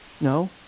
No